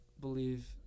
believe